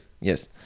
Yes